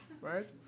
right